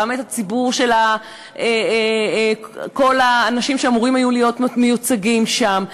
גם את הציבור של כל האנשים שאמורים היו להיות מיוצגים שם.